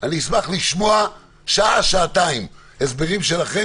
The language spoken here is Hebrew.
אני אשמח לשמוע שעה-שעתיים הסברים שלכם.